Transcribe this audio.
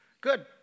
good